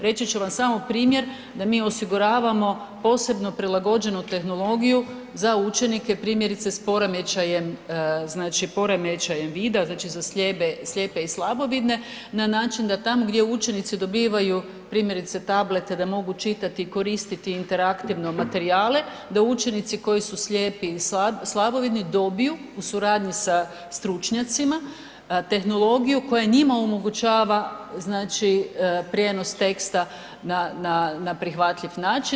Reći ću vam samo primjer da mi osiguravamo posebno prilagođenu tehnologiju za učenike primjerice s poremećajem, znači poremećajem vida, znači za slijepe i slabovidne, na način da tamo gdje učenici dobivaju primjerice tablete da mogu čitati i koristiti interaktivno materijale, da učenici koji su slijepi i slabovidni dobiju u suradnji sa stručnjacima tehnologiju koja njima omogućava znači prijenos teksta na prihvatljiv način.